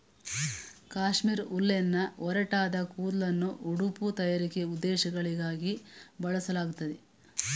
ಕಾಶ್ಮೀರ್ ಉಲ್ಲೆನ್ನ ಒರಟಾದ ಕೂದ್ಲನ್ನು ಉಡುಪು ತಯಾರಿಕೆ ಉದ್ದೇಶಗಳಿಗಾಗಿ ಬಳಸಲಾಗ್ತದೆ